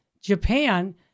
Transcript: Japan